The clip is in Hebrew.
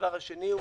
והדבר השני הוא